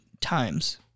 times